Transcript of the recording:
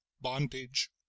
Bondage